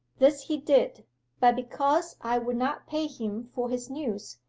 this he did but because i would not pay him for his news,